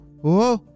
whoa